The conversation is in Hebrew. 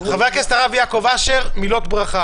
חבר הכנסת הרב יעקב אשר, מילות ברכה.